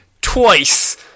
twice